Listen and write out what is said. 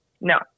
No